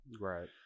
Right